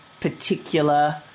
particular